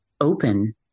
open